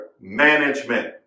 management